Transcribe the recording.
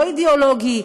לא אידאולוגי.